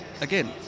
again